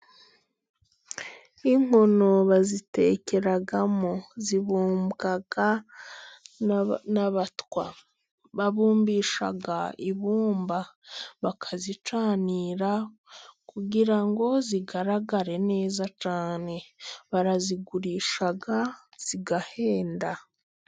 Inkono bazitekeragamo, zibumbwa n'abatwa, babumbisha ibumba, bakazicanira kugira ngo zigaragare neza cyane, barazigurisha zigahenda.